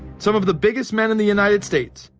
some of the biggest men in the united states,